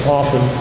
often